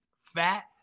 fat